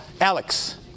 Alex